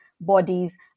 bodies